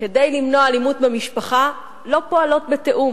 כדי למנוע אלימות במשפחה, לא פועלות בתיאום.